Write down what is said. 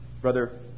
Brother